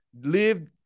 live